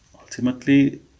Ultimately